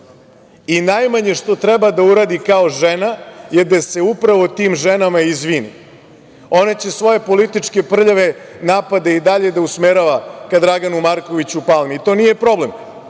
I najmanje što treba da uradi kao žena je da se upravo tim ženama izvini. Ona će svoje političke prljave napade i dalje da usmerava ka Draganu Markoviću Palmi. To nije problem.